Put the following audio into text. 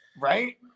Right